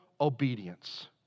obedience